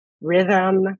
rhythm